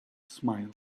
smile